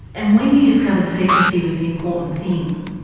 and when you discovered secrecy was an important thing,